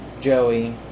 Joey